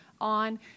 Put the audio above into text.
on